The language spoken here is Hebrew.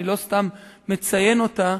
אני לא סתם מציין אותה,